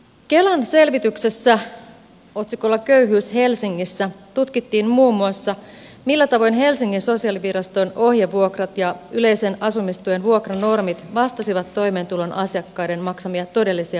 kelan selvityksessä otsikolla köyhyyttä helsingissä tutkittiin muun muassa millä tavoin helsingin sosiaaliviraston ohjevuokrat ja yleisen asumistuen vuokranormit vastasivat toimeentulon asiakkaiden maksamia todellisia vuokria